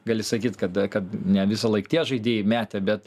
gali sakyt kada kad ne visąlaik tie žaidėjai metė bet